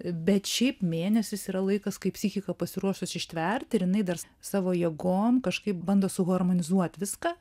bet šiaip mėnesis yra laikas kai psichika pasiruošus ištvert ir jinai dar savo jėgom kažkaip bando suharmonizuot viską